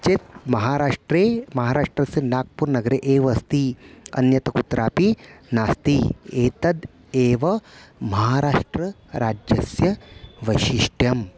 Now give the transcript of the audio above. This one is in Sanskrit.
चेत् महाराष्ट्रे महाराष्ट्रस्य नागपुरनगरे एव अस्ति अन्यत् कुत्रापि नास्ति एतद् एव महाराष्ट्रराज्यस्य वैशिष्ट्यम्